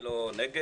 אני לא נגד.